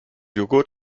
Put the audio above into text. jogurt